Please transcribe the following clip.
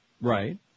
Right